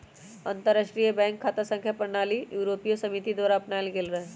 अंतरराष्ट्रीय बैंक खता संख्या प्रणाली यूरोपीय समिति द्वारा अपनायल गेल रहै